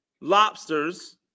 lobsters